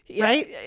right